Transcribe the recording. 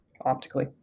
optically